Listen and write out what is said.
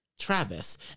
Travis